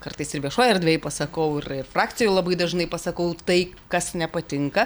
kartais ir viešoj erdvėj pasakau ir ir frakcijoj labai dažnai pasakau tai kas nepatinka